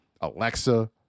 Alexa